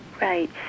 Right